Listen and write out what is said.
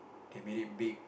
they made it big